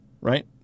right